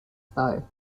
though